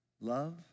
love